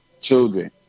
children